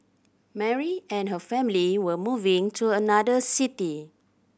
Mary and her family were moving to another city